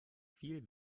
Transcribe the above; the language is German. viel